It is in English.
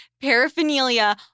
paraphernalia